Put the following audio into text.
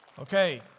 Okay